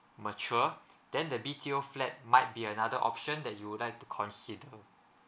mature then the B_T_O flat might be another option that you would like to consider